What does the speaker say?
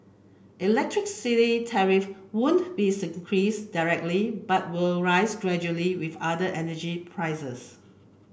electricity tariff won't be increase directly but will rise gradually with other energy prices